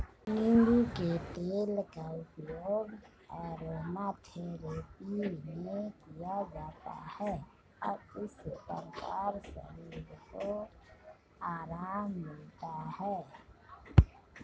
नींबू के तेल का उपयोग अरोमाथेरेपी में किया जाता है और इस प्रकार शरीर को आराम मिलता है